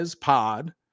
Pod